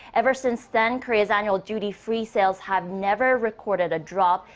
ever since then. korea's annual duty free sales have never recorded a drop.